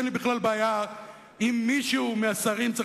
אין לי בכלל בעיה אם מישהו מהשרים צריך